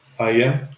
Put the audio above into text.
IAM